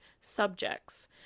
subjects